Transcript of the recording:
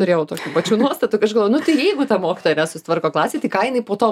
turėjau tokių pačių nuostatų aš galvojau nu tai jeigu ta mokytoja nesusitvarko klasėj tai ką jinai po to